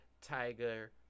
tiger